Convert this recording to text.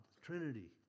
Trinity